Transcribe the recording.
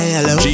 Hello